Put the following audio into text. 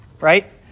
right